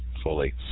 fully